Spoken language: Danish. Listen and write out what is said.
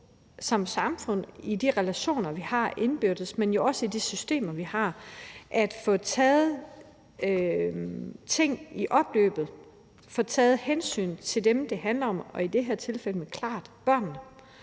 som samfund arbejder i de relationer, vi har indbyrdes, men jo også i de systemer, vi har; at vi får taget ting i opløbet og får taget hensyn til dem, det handler om, og i det her tilfælde klart børnene.